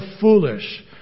foolish